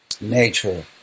Nature